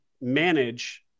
manage